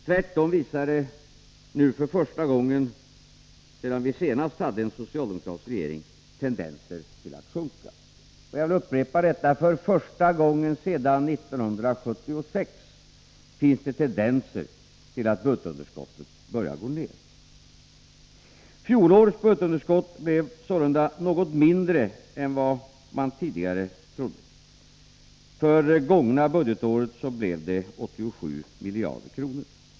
Tvärtom visar underskottet nu, för första gången sedan vi senast hade en socialdemokratisk regering, tendenser till att sjunka. Jag vill upprepa detta: För första gången sedan 1976 finns det tendenser till att budgetunderskottet börjar gå ned. Fjolårets budgetunderskott blev sålunda något mindre än vad man tidigare trodde. För det gångna budgetåret blev det 87 miljarder kronor.